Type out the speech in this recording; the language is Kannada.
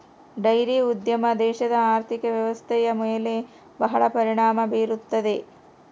ಡೈರಿ ಉದ್ಯಮ ದೇಶದ ಆರ್ಥಿಕ ವ್ವ್ಯವಸ್ಥೆಯ ಮೇಲೆ ಬಹಳ ಪರಿಣಾಮ ಬೀರುತ್ತದೆ